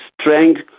strength